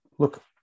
Look